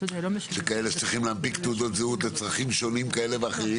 שכאלה שצריכים להנפיק תעודות זהות לצרכים שונים כאלה ואחרים,